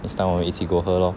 next time 我们一起 go 喝 lor